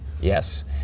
Yes